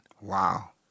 Wow